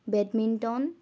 badminton